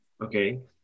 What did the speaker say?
Okay